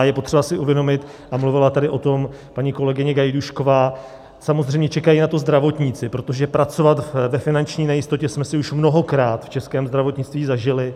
Je potřeba si uvědomit, a mluvila tady o tom paní kolegyně Gajdůšková, samozřejmě čekají na to zdravotníci, protože pracovat ve finanční nejistotě jsme si už mnohokrát v českém zdravotnictví zažili.